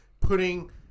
putting